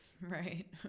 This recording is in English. right